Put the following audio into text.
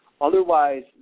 Otherwise